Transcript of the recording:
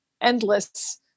endless